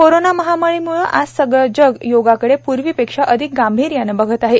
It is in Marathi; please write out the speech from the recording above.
कोरोना महामारीमुळं आज सारं जग योगाकडे पूर्वीपेक्षा अधिक गांभिर्यानं बघत आहे